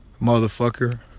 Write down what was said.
motherfucker